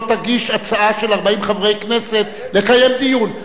תגיש הצעה של 40 חברי כנסת לקיים דיון.